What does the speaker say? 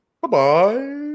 Bye-bye